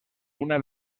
una